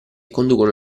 conducono